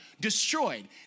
destroyed